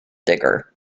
digger